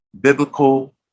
biblical